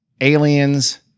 aliens